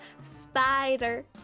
Spider